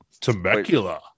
Temecula